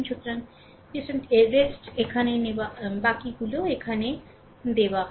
সুতরাং বাকি এটি সেখানে দেওয়া হয়